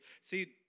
see